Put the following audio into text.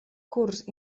curs